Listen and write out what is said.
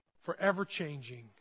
forever-changing